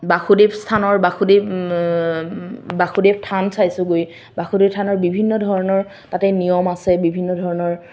বাসুদেৱ স্থানৰ বাসুদেৱ বাসুদেৱ থান চাইছোঁগৈ বাসুদেৱ থানৰ বিভিন্ন ধৰণৰ তাতে নিয়ম আছে বিভিন্ন ধৰণৰ